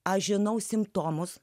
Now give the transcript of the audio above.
aš žinau simptomus